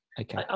Okay